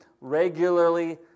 regularly